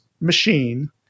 machine